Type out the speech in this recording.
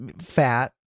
fat